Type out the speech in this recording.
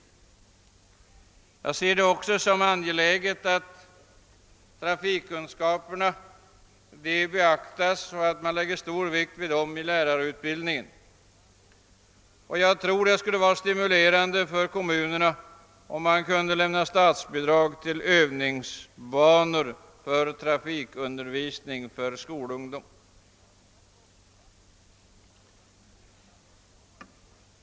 Jag anser det också vara angeläget att man i lärarutbildningen lägger stor vikt vid trafikkunskaperna. Jag tror att det också skulle vara stimulerande för kommunerna, om man kunde lämna statsbidrag till övningsbanor för trafikundervisning för skolungdom.